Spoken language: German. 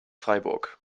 freiburg